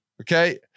Okay